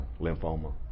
lymphoma